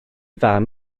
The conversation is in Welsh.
fam